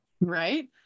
Right